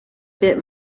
bit